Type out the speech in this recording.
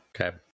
Okay